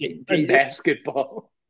Basketball